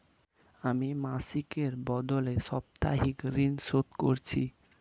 আমি মাসিকের বদলে সাপ্তাহিক ঋন শোধ করছি